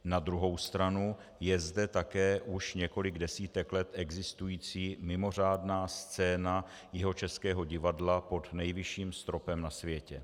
Na druhou stranu je zde také už několik desítek let existující mimořádná scéna Jihočeského divadla pod nejvyšším stropem na světě.